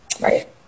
Right